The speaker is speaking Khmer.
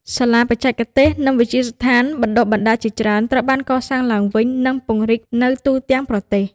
សាលាបច្ចេកទេស និងវិទ្យាស្ថានបណ្តុះបណ្តាលជាច្រើនត្រូវបានកសាងឡើងវិញ និងពង្រីកនៅទូទាំងប្រទេស។